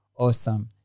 Awesome